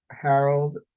Harold